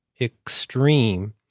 Extreme